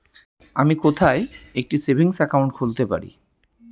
আমি কোথায় একটি সেভিংস অ্যাকাউন্ট খুলতে পারি?